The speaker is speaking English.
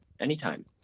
Anytime